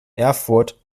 erfurt